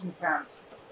camps